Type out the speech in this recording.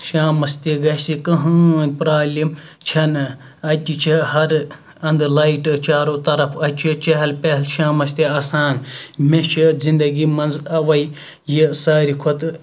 شامَس تہِ گَژھِ کٕہٕنۍ پرالِم چھَنہٕ اَتہِ چھِ ہَر اَندٕ لایٹہٕ چارو طَرَف اَتہِ چھُ چہل پہل شامَس تہِ آسان مےٚ چھِ زِندَگی مَنٛز اَوے یہِ ساروے کھۄتہٕ